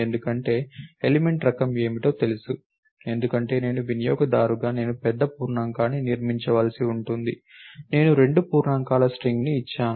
ఎందుకంటే ఎలిమెంట్ రకం ఏమిటో తెలుసు ఎందుకంటే నేను వినియోగదారుగా నేను పెద్ద పూర్ణాంకాన్ని నిర్మించవలసి ఉంటుంది నేను రెండు పూర్ణాంకాల స్ట్రింగ్ను ఇచ్చాను